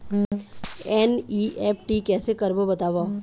NEFT कैसे करबो बताव?